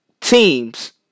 Teams